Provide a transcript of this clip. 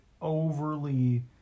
overly